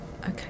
okay